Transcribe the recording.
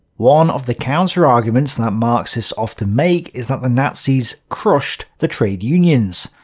one of the counterarguments that marxists often make is that the nazis crushed the trade unions.